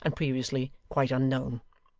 and previously quite unknown.